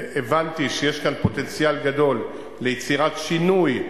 והבנתי שיש כאן פוטנציאל גדול ליצירת שינוי,